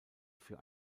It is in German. für